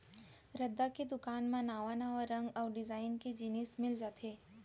रद्दा के दुकान म नवा नवा रंग अउ डिजाइन के जिनिस मिल जाथे